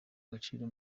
agaciro